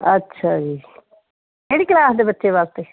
ਅੱਛਾ ਜੀ ਕਿਹੜੀ ਕਲਾਸ ਦੇ ਬੱਚੇ ਵਾਸਤੇ